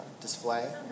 display